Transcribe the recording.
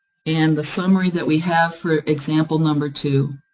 and the summary that we have for example number two.